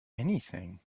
anything